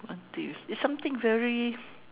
one thing it's something very